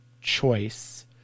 choice